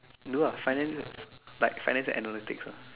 do ah finance like finance and analytics ah